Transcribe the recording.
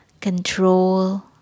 control